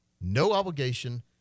no-obligation